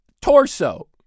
torso